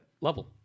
level